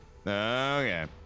Okay